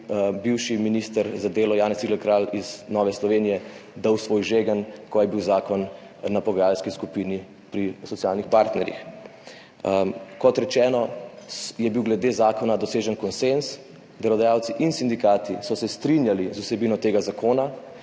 bivši minister za delo Janez Cigler Kralj iz Nove Slovenije dal svoj žegen, ko je bil zakon na pogajalski skupini pri socialnih partnerjih. Kot rečeno, je bil glede zakona dosežen konsenz, delodajalci in sindikati so se strinjali z vsebino tega zakona,